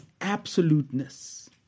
absoluteness